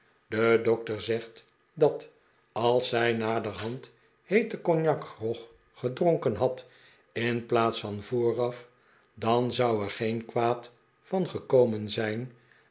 de dokter zegt dat als zij naderhand heeten cognacgrog gedronken had in plaats van vooraf dan zou er geen kwaad van gekomen zijn